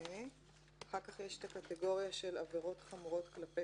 אחר כך יש קטגוריה של עבירות כלפי